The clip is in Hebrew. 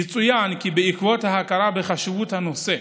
יצוין כי בעקבות ההכרה בחשיבות הנושא,